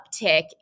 uptick